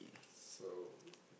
so